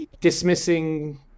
dismissing